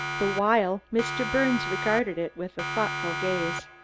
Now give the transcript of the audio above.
the while mr. birnes regarded it with thoughtful gaze.